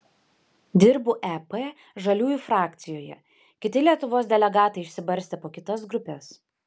dirbu ep žaliųjų frakcijoje kiti lietuvos delegatai išsibarstę po kitas grupes